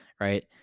Right